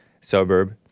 suburb